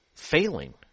failing